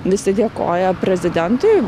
visi dėkoja prezidentui